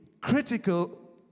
critical